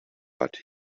but